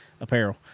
Apparel